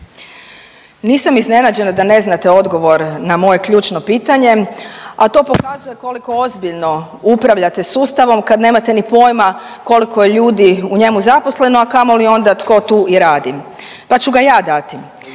Nisam iznenađena da ne znate odgovor na moje ključno pitanje, a to pokazuje koliko ozbiljno upravljate sustavom kad nemate ni pojma koliko je ljudi u njemu zaposleno, a kamoli onda tko tu i radi, pa ću ga ja dati.